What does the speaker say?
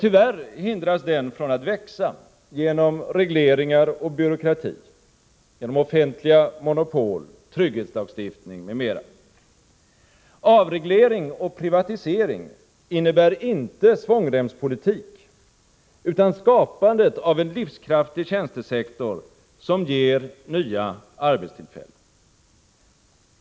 Tyvärr hindras den från att växa genom regleringar och byråkrati, offentliga monopol, trygghetslagstiftning, m.m. Avreglering och privatisering innebär inte svångremspolitik utan skapandet av en livskraftig tjänstesektor, som ger nya arbetstillfällen.